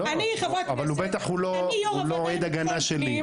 לא, אבל הוא בטח לא עד הגנה שלי.